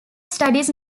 studies